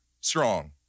strong